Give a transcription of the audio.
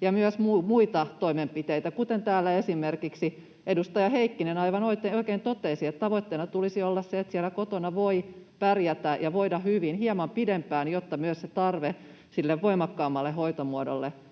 ja myös muita toimenpiteitä. Kuten täällä esimerkiksi edustaja Heikkinen aivan oikein totesi, tavoitteena tulisi olla se, että siellä kotona voi pärjätä ja voi voida hyvin hieman pidempään, jotta myös se tarve sille voimakkaammalle hoitomuodolle